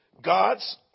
God's